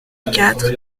quatre